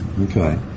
okay